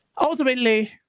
ultimately